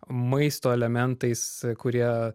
maisto elementais kurie